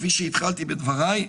כפי שהתחלתי בדבריי,